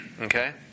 okay